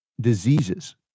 diseases